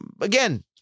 again